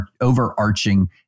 overarching